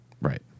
Right